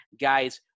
Guys